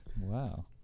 Wow